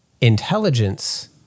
Intelligence